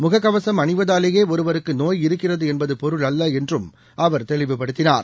முககவசம் அணிவதாலேயேஒருவருக்குநோய் இருக்கிறதுஎன்பதுபொருள் அல்லஎன்றும் அவர் தெளிவுபடுத்தினார்